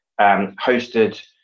hosted